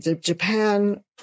Japan